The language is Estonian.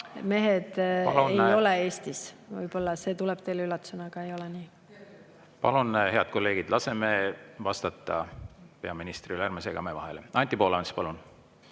mehed ei ole Eestis. Võib-olla see tuleb teile üllatusena, aga ei ole nii. Palun, head kolleegid, laseme vastata peaministril, ärme segame vahele! Anti Poolamets, palun!